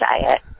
diet